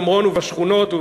שומרון ובשכונות,